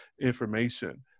information